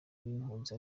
mbikunze